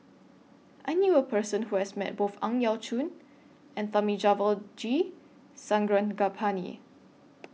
I knew A Person Who has Met Both Ang Yau Choon and Thamizhavel G Sarangapani